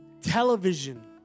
television